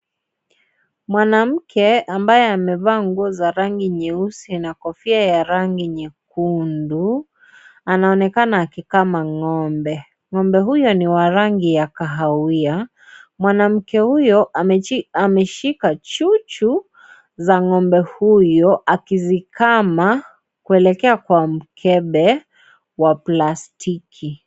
Mwanamke ambaye amevaa nguo za rangi nyeusi na kofia ya rangi nyekundu anaonekana akikama ngombe. Ngombe huyo wa rangi ya kahawia. Mwanamke huyo ameshika chuchu za ngombe huyo akizikama kuelekea kwa mkebe wa plastiki.